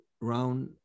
round